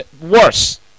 Worse